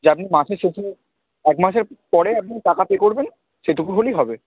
যে আপনি মাসের শেষে এক মাসের পরে আপনি টাকা পে করবেন সেটুকু হলেই হবে